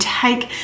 take